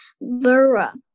Vera